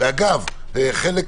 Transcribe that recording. אגב, בחלק